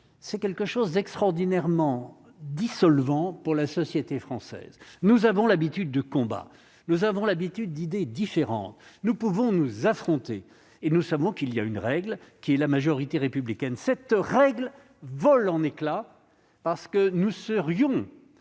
c'est quelque chose d'extraordinairement dissolvant pour la société française, nous avons l'habitude de combat, nous avons l'habitude d'idées différentes, nous pouvons nous affronter et nous savons qu'il y a une règle qui est la majorité républicaine cette règle vole en éclats, parce que nous serions